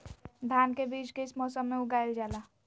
धान के बीज किस मौसम में उगाईल जाला?